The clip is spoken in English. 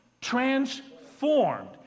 Transformed